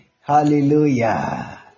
hallelujah